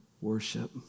worship